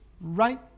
right